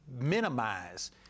minimize